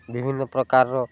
ବିଭିନ୍ନପ୍ରକାରର